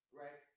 right